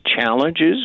challenges